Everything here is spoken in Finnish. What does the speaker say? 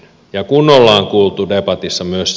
ja kun uutuuden paatissa myös